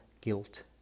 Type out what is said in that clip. guilt